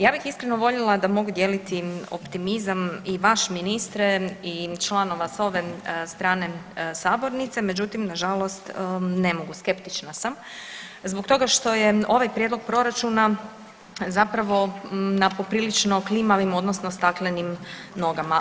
Ja bih iskreno voljela da mogu dijeliti optimizam i vaš ministre i članova s ove strane sabornice, međutim nažalost ne mogu, skeptična sam zbog toga što je ovaj prijedlog proračuna zapravo na poprilično klimavim odnosno staklenim nogama.